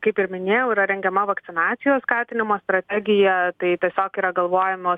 kaip ir minėjau yra rengiama vakcinacijos skatinimo strategija tai tiesiog yra galvojamos